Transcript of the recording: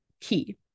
key